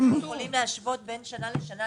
אנחנו יכולים להשוות בין שנה לשנה,